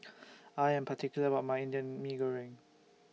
I Am particular about My Indian Mee Goreng